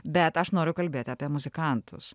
bet aš noriu kalbėti apie muzikantus